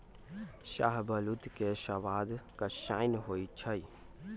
शाहबलूत के सवाद कसाइन्न होइ छइ